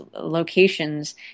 locations